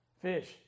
Fish